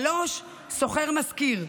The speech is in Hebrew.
3. שוכר משכיר,